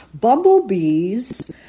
Bumblebee's